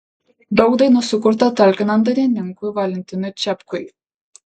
daug dainų sukurta talkinant dainininkui valentinui čepkui